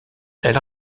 elle